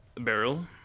barrel